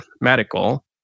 medical